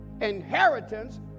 inheritance